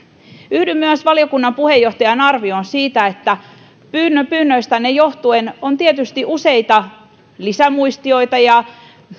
yhdyn myös valiokunnan puheenjohtajan arvioon siitä että pyynnöistänne johtuen on tietysti useita lisämuistioita ja